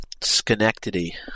Schenectady